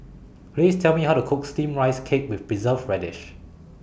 Please Tell Me How to Cook Steamed Rice Cake with Preserved Radish